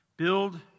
Build